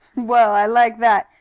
well, i like that!